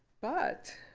but